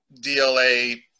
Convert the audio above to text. DLA